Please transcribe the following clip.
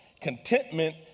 Contentment